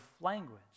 language